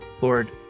Lord